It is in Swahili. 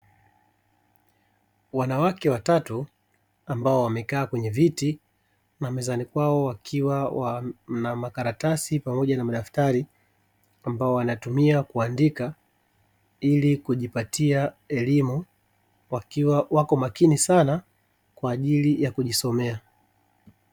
Wanawake watatu ambao wamekaa kwenye viti na mezani kwao wakiwa na makaratasi pamoja na madaftari ambayo wanatumia, kuandika ili kujipatia elimu wakiwa wako makini sana kwa ajili ya kujisomea.